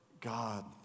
God